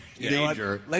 danger